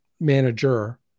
manager